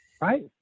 right